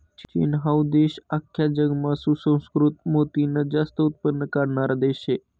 चीन हाऊ देश आख्खा जगमा सुसंस्कृत मोतीनं जास्त उत्पन्न काढणारा देश शे